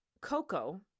Coco